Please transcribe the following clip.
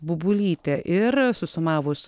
bubulytė ir susumavus